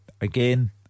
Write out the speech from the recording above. Again